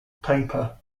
paper